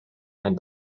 and